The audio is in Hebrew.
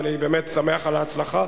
ואני באמת שמח על ההצלחה.